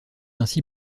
ainsi